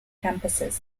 campuses